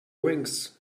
wings